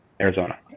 Arizona